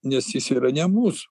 nes jis yra ne mūsų